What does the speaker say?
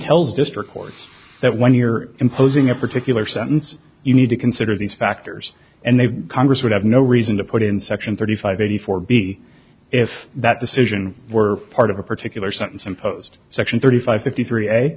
tells district court that when you're imposing a particular sentence you need to consider these factors and the congress would have no reason to put in section thirty five eighty four b if that decision were part of a particular sentence imposed section thirty five fifty three